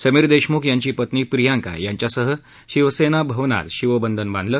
समीर देशम्ख यांनी पत्नी प्रियांका यांच्यासह शिवसेना भवनात शिवबंधन बांधलं